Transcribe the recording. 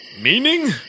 Meaning